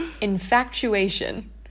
Infatuation